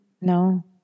No